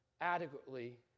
adequately